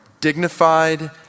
dignified